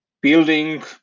building